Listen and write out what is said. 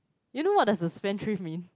you know what does a spendthrift mean